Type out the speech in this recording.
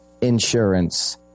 insurance